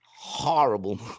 horrible